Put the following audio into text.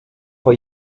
for